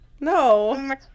No